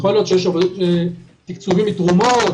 יכול להיות תקצוב מתרומות,